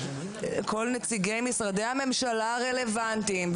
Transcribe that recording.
כל נציגי משרדי הממשלה הרלוונטיים,